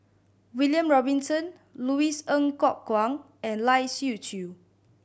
William Robinson Louis Ng Kok Kwang and Lai Siu Chiu